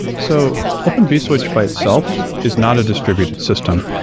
so open vswitch by itself is not a distributed system.